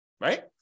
Right